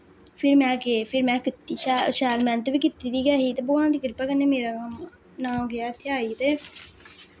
फिर में केह् फिर में कीती शैल शैल मेह्नत बी कीती गै ही ते भगवान दी कृपा कन्नै मेरा नांऽ गेआ इत्थै आई ते